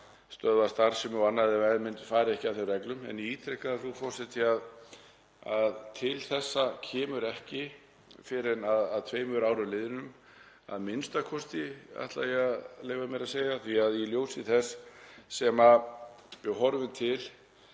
stöðva starfsemi og annað ef menn fara ekki að þeim reglum. En ég ítreka það, frú forseti, að til þessa kemur ekki fyrr en að tveimur árum liðnum a.m.k., ætla ég að leyfa mér að segja, því að í ljósi þess sem við horfum til